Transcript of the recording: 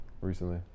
recently